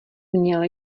měl